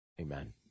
Amen